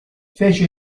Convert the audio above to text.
fece